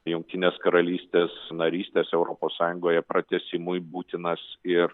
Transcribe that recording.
jungtinės karalystės narystės europos sąjungoje pratęsimui būtinas ir